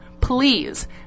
Please